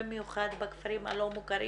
במיוחד בכפרים הלא מוכרים